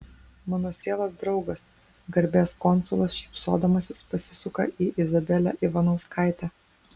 mano sielos draugas garbės konsulas šypsodamasis pasisuka į izabelę ivanauskaitę